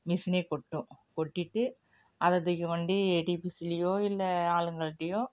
மிஷினே கொட்டும் கொட்டிவிட்டு அதை தூக்கி கொண்டு டிபீசிலேயோ இல்லை ஆளுங்கள்கிட்டையோ